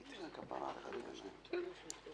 ואומרים כאן עוזריו וחברים טובים שלנו